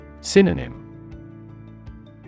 Synonym